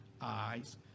eyes